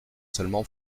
seulement